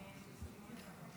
אדוני היושב-ראש,